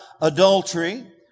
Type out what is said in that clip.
adultery